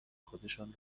خودشان